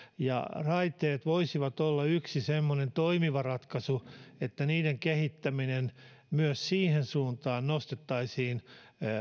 raiteet voisivat olla yksi semmoinen toimiva ratkaisu jos niiden kehittäminen myös siihen suuntaan nostettaisiin